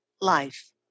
life